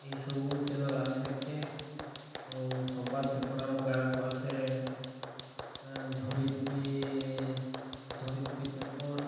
ଏହିସବୁ ଚ୍ୟାନେଲ୍ ଆମେ ଦେଖେ ଆଉ ସମ୍ବାଦ ପେପର୍ ଆମ ଗାଁ'କୁ ଆସେ ଧରିତ୍ରୀ ଧରିତ୍ରୀ ପେପର୍